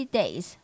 days